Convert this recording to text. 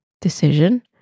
decision